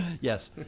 Yes